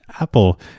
Apple